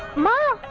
mother